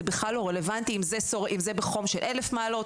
זה בכלל לא רלוונטי אם זה בחום של 1,000 מעלות,